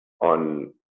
on